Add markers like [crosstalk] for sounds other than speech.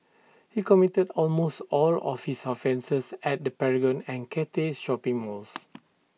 he committed almost all of his offences at the Paragon and Cathay shopping malls [noise]